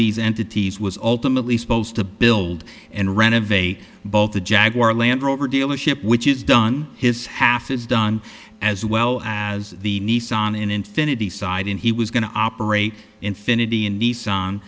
these entities was ultimately supposed to build and renovate both the jaguar land rover dealership which is done his half is done as well as the nissan and infiniti side and he was going to operate infinity and nissan